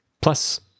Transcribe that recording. Plus